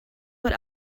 what